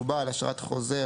שהוא בעל אשרת חוזר,